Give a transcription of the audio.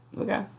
Okay